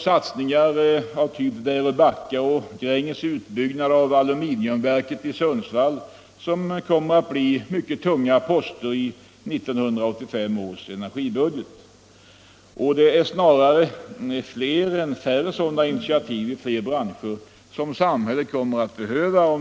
Satsningar av typen Väröbacka och Gränges utbyggnad av aluminiumverket i Sundsvall blir också tunga poster i 1985 års energibudget. Och det är snarare fler än färre sådana initiativ i fler branscher som samhället kommer att behöva